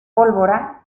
pólvora